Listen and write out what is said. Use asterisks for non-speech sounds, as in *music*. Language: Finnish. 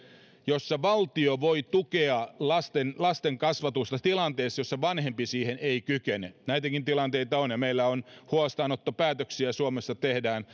jossa valtio voi tukea lasten lasten kasvatusta tilanteessa jossa vanhempi siihen ei kykene näitäkin tilanteita on ja meillä huostaanottopäätöksiä suomessa tehdään *unintelligible*